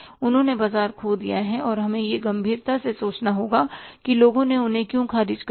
उन्होंने बाजार खो दिया और हमें यह गंभीरता से सोचना होगा कि लोगों ने उन्हें क्यों खारिज कर दिया